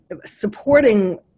supporting